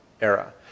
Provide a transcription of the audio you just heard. era